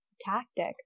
tactic